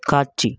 காட்சி